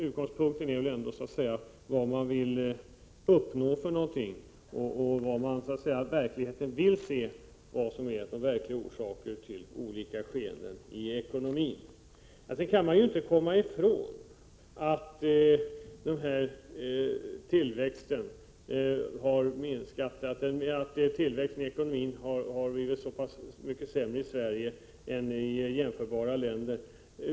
Utgångspunkten är vad man vill uppnå och i viss mån vad man verkligen vill se som orsaker till olika skeenden i ekonomin. Sedan kan man inte komma ifrån att tillväxten har minskat. Tillväxten i ekonomin är mycket sämre i Sverige än i jämförbara länder.